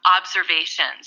observations